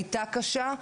הייתה קשה,